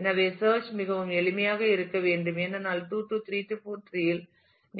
எனவே சேர்ச் மிகவும் எளிமையாக இருக்க வேண்டும் ஏனென்றால் 2 3 4 டிரீகளில்